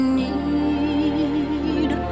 need